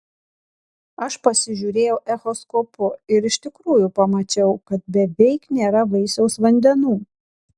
aš pasižiūrėjau echoskopu ir iš tikrųjų pamačiau kad beveik nėra vaisiaus vandenų